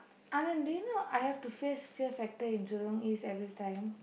I am do you know I have to face fear factor in Jurong-East every time